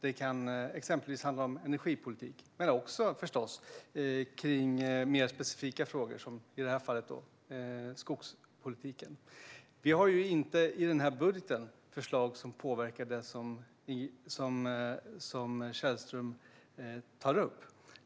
Det kan exempelvis handla om energipolitik men även om mer specifika frågor, som i detta fall skogspolitiken. Vi har i denna budget inga förslag som påverkar det som Källström tar upp.